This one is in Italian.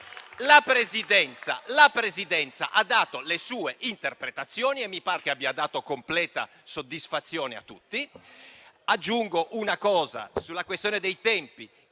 La Presidenza ha dato le sue interpretazioni e mi pare che abbia dato completa soddisfazione a tutti. Aggiungo una cosa sulla questione dei tempi.